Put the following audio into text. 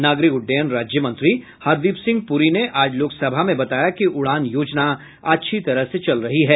नागरिक उड्डयन राज्यमंत्री हरदीप सिंह प्ररी ने आज लोकसभा में बताया कि उड़ान योजना अच्छी तरह से चल रही है